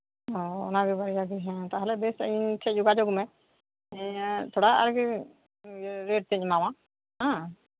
ᱚ ᱚᱱᱟᱜᱮ ᱟᱱᱟ ᱵᱟᱨᱭᱟᱜᱤ ᱛᱟᱦᱞᱮ ᱵᱮᱥ ᱤᱧ ᱴᱷᱮᱡ ᱡᱳᱜᱟᱡᱳᱜ ᱢᱮ ᱦᱮᱸ ᱛᱷᱚᱲᱟ ᱟᱨᱠᱤ ᱤᱭᱟᱹ ᱠᱚᱢ ᱨᱮᱴ ᱛᱤᱧ ᱮᱢᱟᱢᱟ